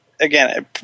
Again